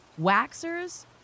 waxers